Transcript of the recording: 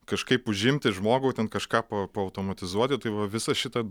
kažkaip užimti žmogų ten kažką pa paautomatizuoti tai va visą šitą